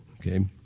Okay